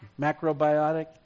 Macrobiotic